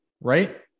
right